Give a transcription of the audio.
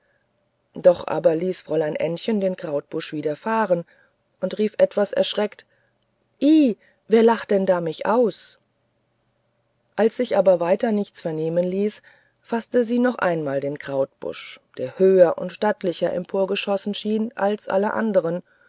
doch aber ließ fräulein ännchen den krautbusch wieder fahren und rief etwas erschreckt i wer lacht denn da mich aus als sich aber weiter nichts vernehmen ließ faßte sie noch einmal den krautbusch der höher und stattlicher emporgeschossen schien als alle andere